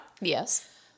Yes